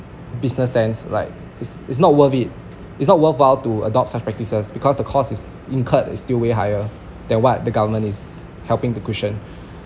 business sense like it's it's not worth it it's not worthwhile to adopt such practices because the cost is incurred is still way higher than what the government is helping to cushion